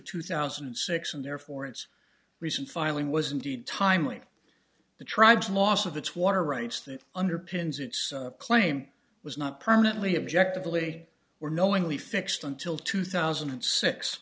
two thousand and six and therefore its recent filing was indeed timely the tribes loss of that's water rights that underpins its claim was not permanently objective way or knowingly fixed until two thousand and six